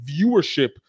viewership